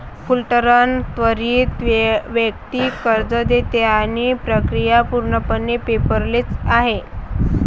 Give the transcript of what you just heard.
Fullerton त्वरित वैयक्तिक कर्ज देते आणि प्रक्रिया पूर्णपणे पेपरलेस आहे